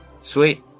sweet